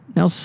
Now